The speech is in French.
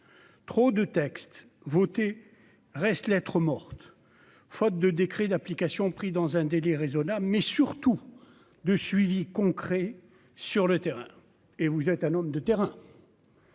trop de textes votés reste lettre morte faute de décret d'application pris dans un délai raisonnable, mais surtout de suivi concret sur le terrain et vous êtes un homme de terrain.